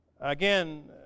again